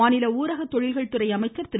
மாநில ஊரக தொழில்கள் துறை அமைச்சர் திரு